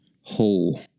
whole